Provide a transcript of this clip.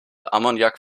ammoniak